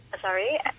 Sorry